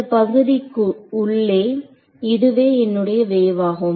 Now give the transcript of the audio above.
இந்த பகுதிக்கு உள்ளே இதுவே என்னுடைய வேவ் ஆகும்